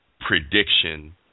prediction